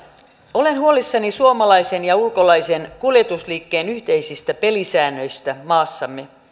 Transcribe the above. olen huolissani suomalaisten ja ulkolaisten kuljetusliikkeiden yhteisistä pelisäännöistä maassamme